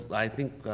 i think